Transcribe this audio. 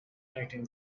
tighten